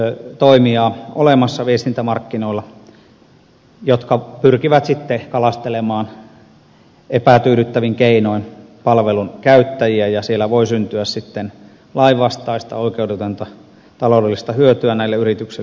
viestintämarkkinoilla on olemassa monenlaista viraapelitoimijaa jotka pyrkivät sitten kalastelemaan epätyydyttävin keinoin palvelun käyttäjiä ja siellä voi syntyä lainvastaista oikeudetonta taloudellista hyötyä näille yrityksille